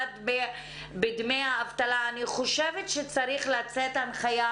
בדמי האבטלה, אני חושבת שצריכה לצאת הנחייה.